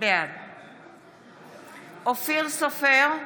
בעד אופיר סופר,